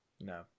No